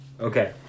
Okay